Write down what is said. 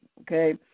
Okay